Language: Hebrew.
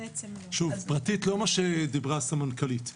פרטית לא מה שדיברה הסמנכ"לית.